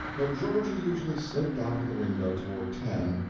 but georgie usually slipped out of the window toward ten,